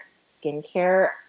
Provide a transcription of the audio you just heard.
skincare